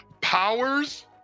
powers